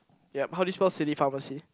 yep how do you spell city pharmacy